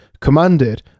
commanded